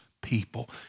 people